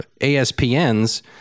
ASPN's